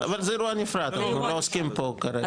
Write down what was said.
אבל זה אירוע נפרד שאנחנו לא עוסקים בו כרגע.